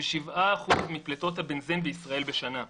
ו-7% מפליטות הבנזן בישראל בשנה.